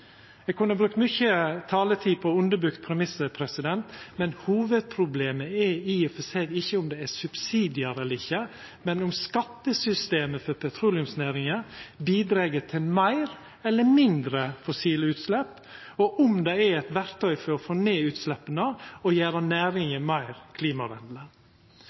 brukt mykje taletid på å underbyggje premissen. Hovudproblemet er i og for seg ikkje om det er subsidiar eller ikkje, men om skattesystemet for petroleumsnæringa bidreg til meir eller mindre fossile utslepp, og om det er eit verktøy for å få ned utsleppa og gjera næringa meir